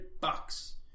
bucks